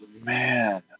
Man